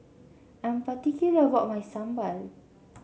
I'm particular about my sambal